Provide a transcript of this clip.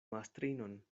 mastrinon